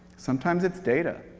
sometimes it's data.